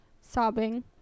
sobbing